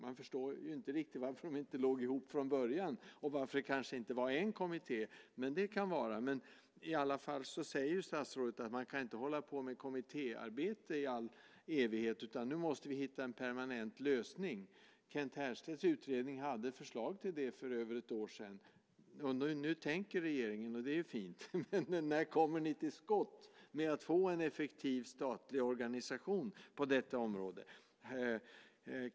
Man förstår inte riktigt varför de inte låg ihop från början och varför det inte var en kommitté. Men den frågan kan vara. Statsrådet säger att det inte går att hålla på med kommittéarbete i all evighet utan att nu måste en permanent lösning hittas. I Kent Härstedts utredning från över ett år sedan fanns ett förslag till lösning. Nu tänker regeringen, och det är fint. Men när kommer ni till skott med att få en effektiv statlig organisation på området?